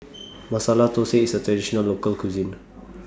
Masala Thosai IS A Traditional Local Cuisine